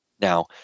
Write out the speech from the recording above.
Now